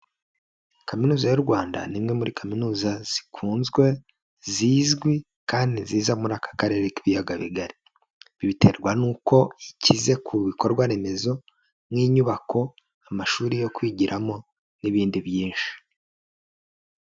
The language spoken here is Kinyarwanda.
Kaminuza y'u Rwanda ni imwe muri kaminuza zikunzwe, zizwi kandi ziza muri aka karere k'ibiyaga bigari, biterwa n'uko ikize ku bikorwa remezo nk'inyubako, amashuri yo kwigiramo n'ibindi byinshi.